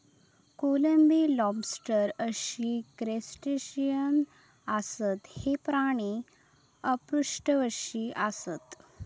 कोळंबी, लॉबस्टर अशी क्रस्टेशियन आसत, हे प्राणी अपृष्ठवंशी आसत